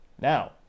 Now